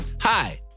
hi